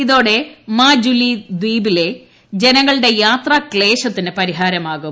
ഇതോടെ മാജുലി ദ്ധീപിലെ ജനങ്ങളുടെ യാത്രാക്ലേശത്തിന് പരിഹാരമാകും